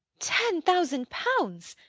ten thousand pounds!